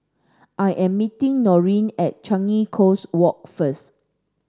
I am meeting Norine at Changi Coast Walk first